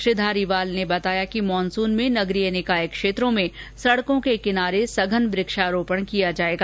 श्री धारीवाल ने बताया कि मानसून में नगरीय निकाय क्षेत्रों में सड़कों के किनारे सघन वृक्षारोपण किया जाएगा